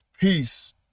peace